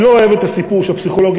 שאני לא אוהב את הסיפור שהפסיכולוגים